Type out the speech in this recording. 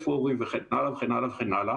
וכן הלאה וכן הלאה.